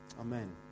Amen